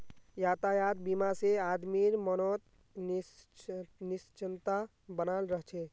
यातायात बीमा से आदमीर मनोत् निश्चिंतता बनाल रह छे